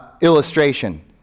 illustration